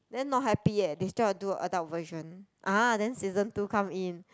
then not eh happy they still are do adult version ah then season two come in